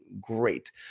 great